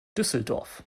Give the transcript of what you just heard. düsseldorf